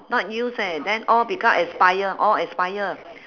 not use eh then all become expire all expire